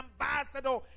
ambassador